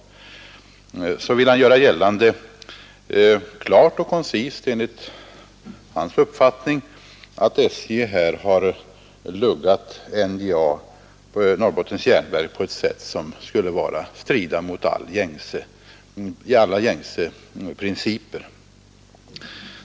Ändå vill han göra gällande, klart och koncist, att SJ har ”luggat” Norrbottens Järnverk på ett sätt som skulle strida mot alla gängse principer.